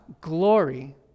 glory